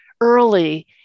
early